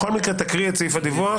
בכל מקרה תקראי את סעיף הדיווח.